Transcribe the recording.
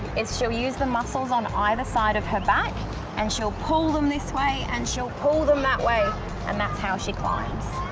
is she'll use the muscles on either side of her back and she'll pull them this way and she'll pull them that way and that's how she climbs.